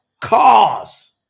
cause